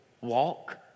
Walk